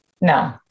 No